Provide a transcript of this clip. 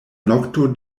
nokto